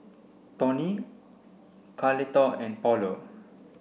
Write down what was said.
Tony Carlotta and Paulo